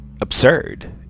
Absurd